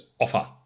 Offer